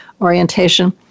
orientation